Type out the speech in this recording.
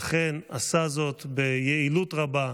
ואכן, הוא עשה זאת ביעילות רבה,